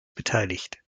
beteiligt